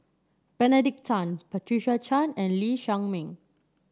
Benedict Tan Patricia Chan and Lee Shao Meng